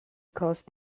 caused